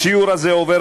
הסיור הזה עובר,